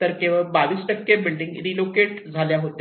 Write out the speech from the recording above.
तर केवळ 22 building relocate झाल्या होत्या